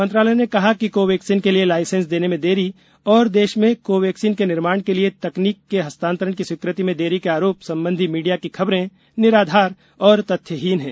मंत्रालय ने कहा है कि कोवैक्सीन के लिए लाइसेंस देने में देरी और देश में कोवैक्सीन के निर्माण के लिए तकनीक के हस्तांतरण की स्वीकृति में देरी के आरोप संबंधी मीडिया की खबरें निराधार और तथ्यहीन हैं